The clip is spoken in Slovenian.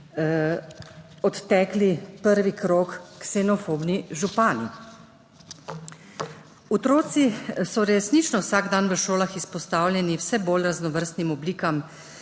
odtekli prvi krog ksenofobni župani. Otroci so resnično vsak dan v šolah izpostavljeni vse bolj raznovrstnim oblikam